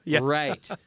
Right